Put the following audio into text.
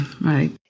right